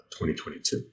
2022